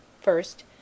First